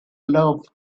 love